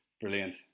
Brilliant